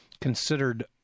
considered